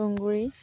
তুঁহগুৰি